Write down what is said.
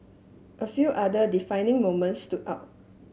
a few other defining moments stood out